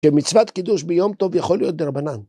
שמצוות קידוש ביום טוב יכול להיות דרבנן.